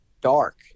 dark